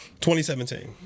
2017